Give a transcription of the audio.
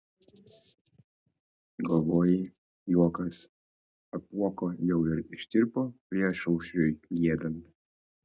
galvoji juokas apuoko jau ištirpo priešaušriui giedant